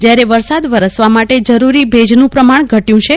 જયારે વરસાદ વરસવા માટે જરૂરી ભેજનું પ્રમાણ ઘટયું છે